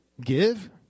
Give